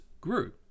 grew